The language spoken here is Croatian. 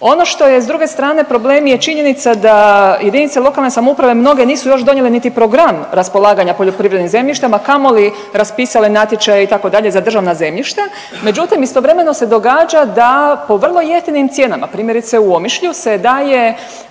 Ono što je s druge strane, problem je činjenica da JLS mnoge nisu još donijele niti program raspolaganja poljoprivrednim zemljištem, a kamoli raspisale natječaj itd. za državna zemljišta. Međutim istovremeno se događa da po vrlo jeftinim cijenama, primjerice u Omišlju se daje